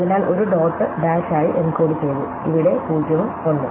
അതിനാൽ ഒരു ഡോട്ട് ഡാഷായി എൻകോഡുചെയ്തു ഇവിടെ 0 ഉം 1 ഉം